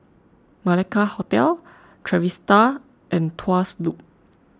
Malacca Hotel Trevista and Tuas Loop